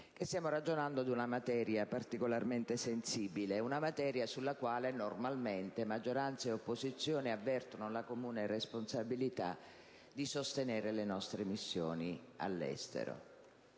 stiamo ragionando su di una materia particolarmente sensibile, sulla quale normalmente maggioranza e opposizione avvertono la comune responsabilità di sostenere le nostre missioni all'estero.